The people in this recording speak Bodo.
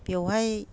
बेवहाय